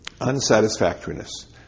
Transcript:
unsatisfactoriness